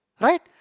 right